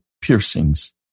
piercings